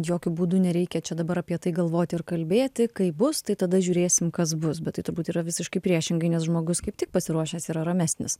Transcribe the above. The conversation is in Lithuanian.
jokiu būdu nereikia čia dabar apie tai galvoti ir kalbėti kaip bus tai tada žiūrėsim kas bus bet tai turbūt yra visiškai priešingai nes žmogus kaip tik pasiruošęs yra ramesnis